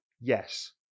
Yes